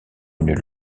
une